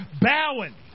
bowing